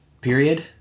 period